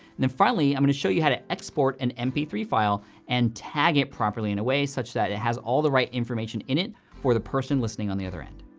then finally, i'm gonna show you how to export an m p three file and tag it properly in a way such that it has all the right information in it for the person listening on the other end.